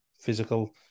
physical